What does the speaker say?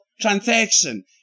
transaction